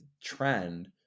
trend